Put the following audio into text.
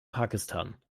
pakistan